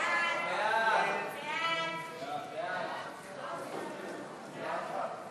המלצת הוועדה המשותפת של ועדת החוץ והביטחון וועדת החוקה,